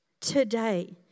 today